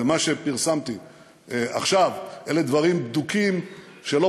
מה שפרסמתי עכשיו אלה דברים בדוקים שלא